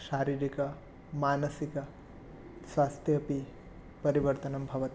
शारीरिकमानसिकस्वास्थ्ये अपि परिवर्तनं भवति